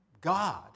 God